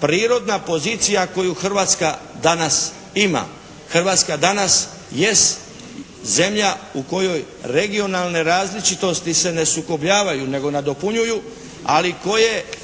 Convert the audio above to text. prirodna pozicija koju Hrvatska danas ima. Hrvatska danas jest zemlja u kojoj regionalne različitosti se ne sukobljavaju nego nadopunjuju, ali koje